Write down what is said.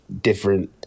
different